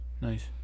Nice